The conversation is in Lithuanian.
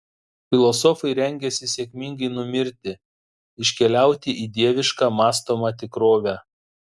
filosofai rengiasi sėkmingai numirti iškeliauti į dievišką mąstomą tikrovę